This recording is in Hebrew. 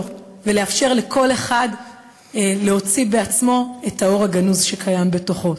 ולאפשר לכל אחד להוציא בעצמו את האור הגנוז שקיים בתוכו.